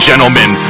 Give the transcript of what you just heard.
Gentlemen